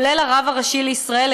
כולל הרב הראשי לישראל,